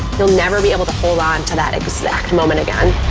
you'll never be able to hold on to that exact moment again